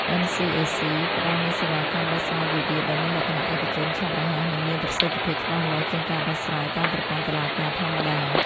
NCAC ផ្ដល់នូវសេវាកម្មដោះស្រាយវិវាទដែលមានលក្ខណៈឯកជន ឆាប់រហ័ស និងមានប្រសិទ្ធភាពច្បាស់លាស់ជាងការដោះស្រាយតាមប្រព័ន្ធតុលាការធម្មតា។